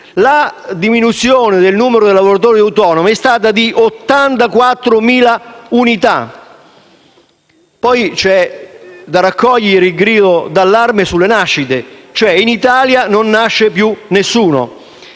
la diminuzione del numero dei lavoratori autonomi è stata di 84.000 unità. C'è poi da raccogliere il grido di allarme sulle nascite. In Italia non nasce più nessuno.